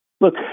look